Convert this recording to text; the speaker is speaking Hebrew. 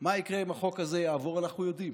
מה יקרה אם החוק הזה יעבור, אנחנו יודעים,